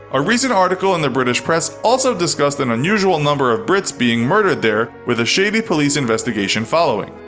a recent article in the british press also discussed an usual number of brits being murdered there with a shady police investigation following.